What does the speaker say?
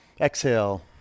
Exhale